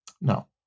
No